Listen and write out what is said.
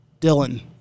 Dylan